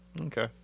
Okay